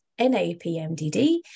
NAPMDD